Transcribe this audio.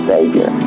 Savior